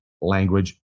language